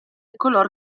color